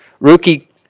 rookie